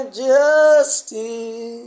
justice